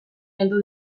heldu